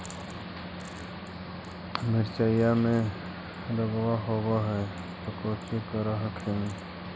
मिर्चया मे रोग्बा होब है तो कौची कर हखिन?